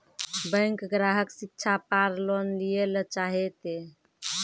Bank ग्राहक शिक्षा पार लोन लियेल चाहे ते?